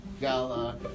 gala